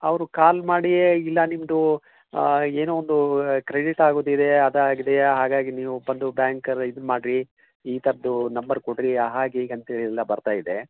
ಅವರು ಕಾಲ್ ಮಾಡಿಯೇ ಇಲ್ಲ ನಿಮ್ಮದು ಏನೋ ಒಂದು ಕ್ರೆಡಿಟ್ ಆಗುದಿದೆ ಅದು ಆಗಿದೆ ಹಾಗಾಗಿ ನೀವು ಬಂದು ಬ್ಯಾಂಕರ್ ಇದನ್ನ ಮಾಡ್ರಿ ಈ ಥರ್ದೂ ನಂಬರ್ ಕೊಡ್ರಿ ಹಾಗೆ ಹೀಗೆ ಅಂತೇಳಿ ಎಲ್ಲ ಬರ್ತಾಯಿದೆ